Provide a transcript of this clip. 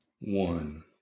One